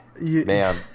Man